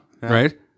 Right